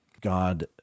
God